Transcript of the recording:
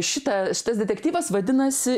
šita šitas detektyvas vadinasi